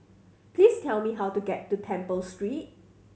please tell me how to get to Temple Street